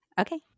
okay